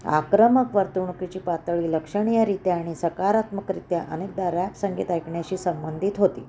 आक्रमक वर्तणुकीची पातळी लक्षणीयरित्या आणि सकारात्मकरित्या अनेकदा रॅप संगीत ऐकण्याशी संबंधित होती